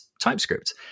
TypeScript